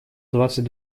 двадцать